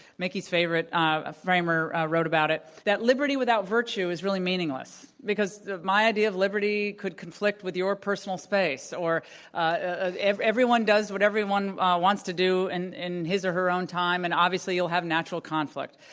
mickey's favorite ah framer, wrote about it, that liberty without virtue is really meaningless because my idea of liberty could conflict with your personal space or ah everyone does what everyone wants to do and in his or her own time, and obviously you'll have natural conflicts.